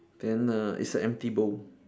then err it's an empty bowl